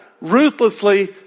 ruthlessly